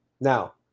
Now